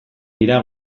dira